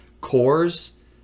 cores